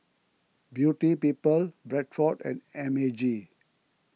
Beauty People Bradford and M A G